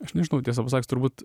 aš nežinau tiesą pasakius turbūt